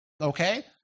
okay